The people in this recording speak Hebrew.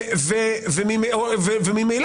אבל בעילת סבירות, אני אומר את זה כאן ועכשיו,